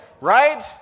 right